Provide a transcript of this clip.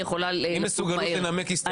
יכולה ל --- אי מסוגלות לנמק הסתייגות.